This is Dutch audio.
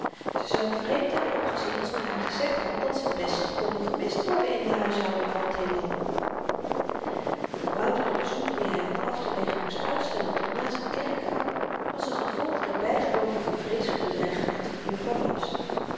ze zou vreemd hebben opgezien als men haar gezegd had dat ze best kon gemist worden in de huishouding van t heelal dat wouter de bezoeken die hy had afteleggen moest uitstellen tot na z'n kerkgang was n gevolg der bygeloovige vrees voor de dreigementen van juffrouw laps